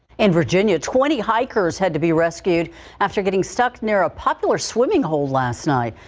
in virginia twenty hikers had to be rescued after getting stuck near a popular swimming hole last night.